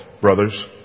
brothers